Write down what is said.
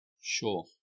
Sure